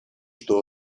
что